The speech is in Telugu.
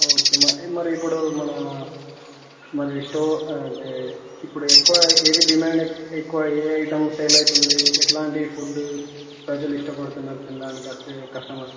ఓకే మరి మరి ఇప్పుడు మన మరి స్టో అంటే ఇప్పుడు ఎక్కువ ఏది డిమాండ్ ఎక్కువ ఏ ఐటెమ్ సేల్ అవుతోంది ఎట్లాంటి ఫుడ్డు ప్రజలు ఇష్టపడుతున్నారు తినడానికి వచ్చే కస్టమర్స్